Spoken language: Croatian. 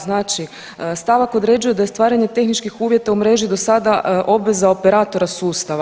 Znači stavak određuje da je stvaranje tehničkih uvjeta u mreži do sada obveza operatora sustava.